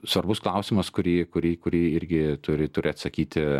svarbus klausimas kurį kurį kurį irgi turi turi atsakyti